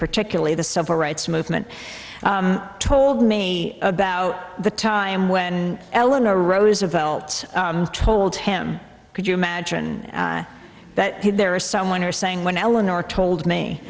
particularly the civil rights movement told me about the time when eleanor roosevelt told him could you imagine that there is someone who are saying when eleanor told me